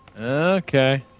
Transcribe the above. okay